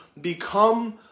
become